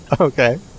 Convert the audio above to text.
Okay